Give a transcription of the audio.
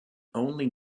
only